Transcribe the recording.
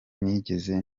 nigeze